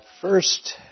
First